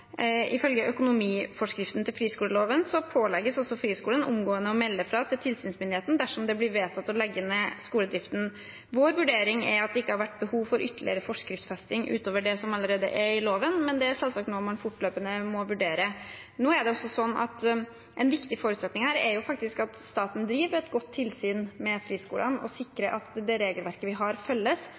ifølge økonomiforskriften til friskoleloven pålegges friskolen omgående å melde fra til tilsynsmyndigheten dersom det blir vedtatt å legge ned skoledriften. Vår vurdering er at det ikke har vært behov for ytterligere forskriftsfesting utover det som allerede er i loven, men det er selvsagt noe man fortløpende må vurdere. En viktig forutsetning her er jo faktisk at staten driver et godt tilsyn med friskolene og sikrer at det regelverket vi har, følges.